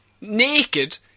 naked